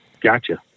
gotcha